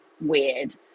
weird